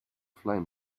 flame